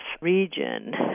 region